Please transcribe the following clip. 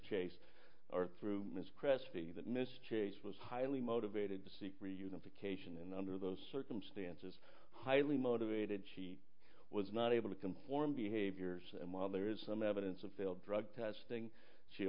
chase was highly motivated to seek reunification and under those circumstances highly motivated she was not able to conform behaviors and while there is some evidence of failed drug testing she